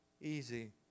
easy